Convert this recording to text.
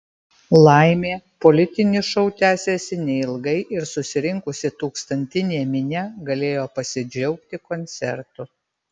laimė politinis šou tęsėsi neilgai ir susirinkusi tūkstantinė minia galėjo pasidžiaugti koncertu